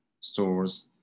stores